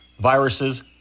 viruses